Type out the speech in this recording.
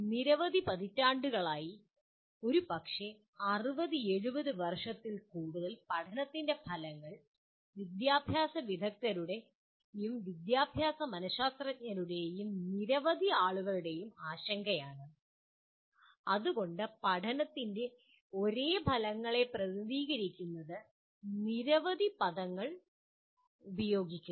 നിരവധി പതിറ്റാണ്ടുകളായി ഒരുപക്ഷേ 60 70 വർഷത്തിൽ കൂടുതൽ പഠനത്തിൻ്റെ ഫലങ്ങൾ വിദ്യാഭ്യാസ വിദഗ്ധരുടെയും വിദ്യാഭ്യാസ മനഃശാസ്ത്രജ്ഞരുടെയും നിരവധി ആളുകളുടെയും ആശങ്കയാണ് അതുകൊണ്ടാണ് പഠനത്തിൻ്റെ ഒരേ ഫലങ്ങളെ പ്രതിനിധീകരിക്കുന്നതിന് നിരവധി പദങ്ങൾ ഉപയോഗിക്കുന്നത്